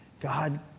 God